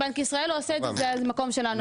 אם בנק ישראל לא עושה את זה זה מקום שלנו,